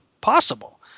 possible